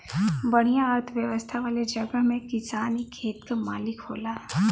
बढ़िया अर्थव्यवस्था वाले जगह में किसान ही खेत क मालिक होला